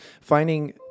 finding